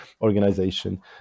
organization